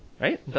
right